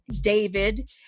David